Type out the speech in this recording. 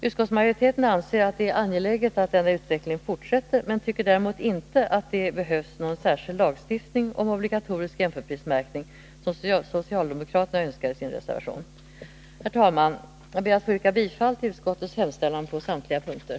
Utskottsmajoriteten anser att det är angeläget att denna utveckling fortsätter, men tycker däremot inte att det behövs någon särskild lagstiftning om obligatorisk jämförprismärkning, som socialdemokraterna önskar i sin reservation. Herr talman! Jag ber att få yrka bifall till utskottets hemställan på samtliga punkter.